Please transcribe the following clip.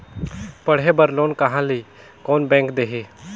पढ़े बर लोन कहा ली? कोन बैंक देही?